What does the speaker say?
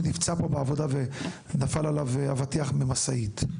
נפצע פה בעבודה ונפל עליו אבטיח ממשאית.